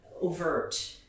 overt